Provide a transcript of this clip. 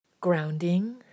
grounding